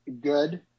good